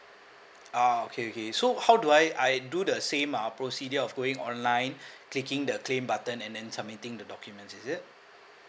oh okay okay so how do I I do the same uh procedure of going online clicking the claim button and then submitting the documents is it